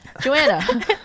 joanna